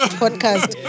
podcast